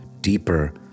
deeper